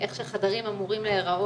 איך שחדרים אמורים להיראות,